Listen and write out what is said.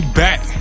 back